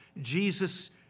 Jesus